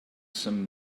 some